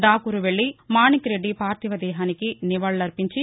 డాకూరు వెళ్లి మాణిక్ రెడ్డి పార్టివదేహనికి నివాళులర్పించి